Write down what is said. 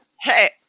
Hey